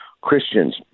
Christians